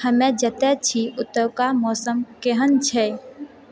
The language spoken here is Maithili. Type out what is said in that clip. हम जतऽ छी ओतए मौसम केहन छै